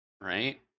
Right